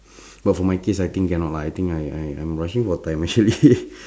but for my case I think cannot lah I think I I I'm rushing for time already